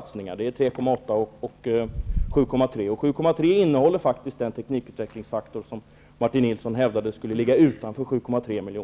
Oppositionen vill satsa 3,8 miljarder och regeringen vill satsa 7,3 miljarder. I summan 7,3 miljarder ingår faktiskt den teknikutvecklingsfaktor som Martin Nilsson hävdade skulle ligga utanför.